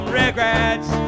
regrets